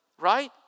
right